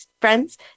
friends